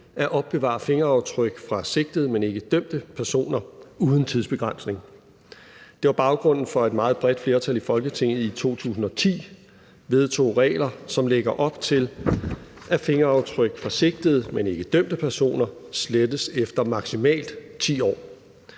at opbevare fingeraftryk fra sigtede, men ikke dømte personer, uden tidsbegrænsning. Det var baggrunden for, at et meget bredt flertal i Folketinget i 2010 vedtog regler, som lægger op til, at fingeraftryk fra sigtede, men ikke dømte personer, slettes efter maksimalt 10 år.